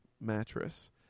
mattress